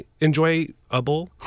enjoyable